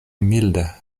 milde